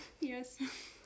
Yes